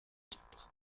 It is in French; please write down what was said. quatre